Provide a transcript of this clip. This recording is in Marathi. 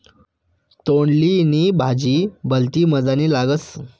तोंडली नी भाजी भलती मजानी लागस